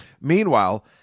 Meanwhile